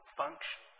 function